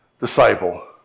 disciple